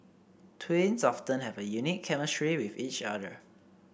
twins often have a unique chemistry with each other